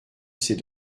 ses